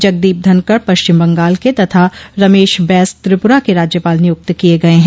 जगदीप धनकड़ पश्चिम बंगाल के तथा रमेश बैस त्रिपुरा के राज्य पाल नियुक्त किये गये हैं